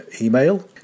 email